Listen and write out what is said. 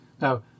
Now